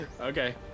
Okay